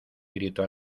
gritó